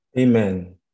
Amen